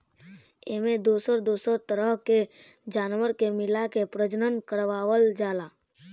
एमें दोसर दोसर तरह के जानवर के मिलाके प्रजनन करवावल जाला